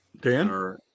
Dan